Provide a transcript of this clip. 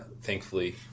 thankfully